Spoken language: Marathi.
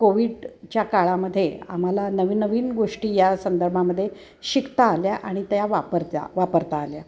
कोविड च्या काळामध्ये आम्हाला नवीन नवीन गोष्टी या संदर्भामदे शिकता आल्या आणि त्या वापरत्या वापरता आल्या